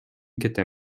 кетем